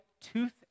tooth